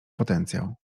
potencjał